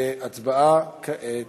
הצבעה כעת.